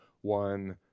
one